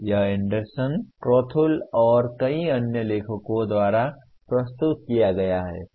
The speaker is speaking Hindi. यह एंडरसन क्रथोउल और कई अन्य लेखकों द्वारा प्रस्तुत किया गया है